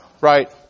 right